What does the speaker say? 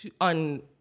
on